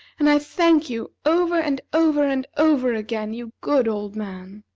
and i thank you over, and over, and over again, you good old man!